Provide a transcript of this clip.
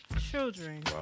children